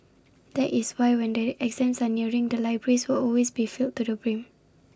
that is why when the exams are nearing the libraries will always be filled to the brim